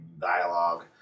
dialogue